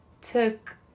took